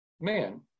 man